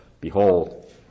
Behold